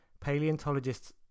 paleontologists